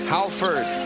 Halford